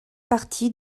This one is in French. partie